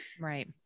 Right